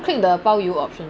click the 包邮 option